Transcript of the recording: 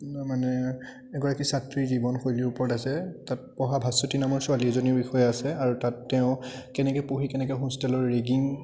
মানে এগৰাকী ছাত্ৰীৰ জীৱন শৈলীৰ ওপৰত আছে তাত পঢ়া ভাস্বতী নামৰ ছোৱালী এজনীৰ বিষয়ে আছে আৰু তাত তেওঁ কেনেকৈ পঢ়ি কেনেকৈ হোষ্টেলৰ ৰেগিং